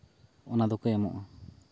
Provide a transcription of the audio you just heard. ᱚᱱᱟ ᱫᱚᱠᱚ ᱮᱢᱚᱜᱼᱟ